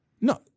No